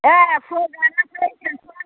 ए फुनाव जाना फैदो सानसुआव आं